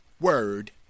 word